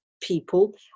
people